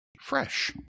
fresh